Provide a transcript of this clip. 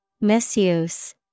Misuse